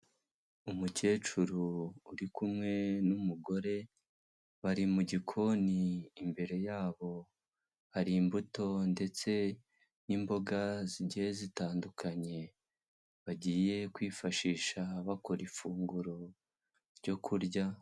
Umucyecuru uri kumwe n'umugore bari mu gikoni imbere yabo hari imbuto ndetse n'imboga zigiye zitandukanye bagiye kwifashisha bakora ifunguro ryo kurya,